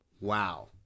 Wow